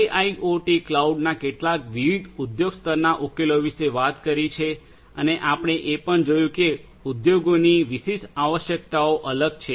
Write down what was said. IIoT ક્લાઉડના કેટલાક વિવિધ ઉદ્યોગ સ્તરના ઉકેલો વિશે વાત કરી છે અને આપણે એ પણ જોયું છે કે ઉદ્યોગો ની વિશિષ્ટ આવશ્યકતાઓ અલગ છે